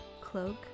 Cloak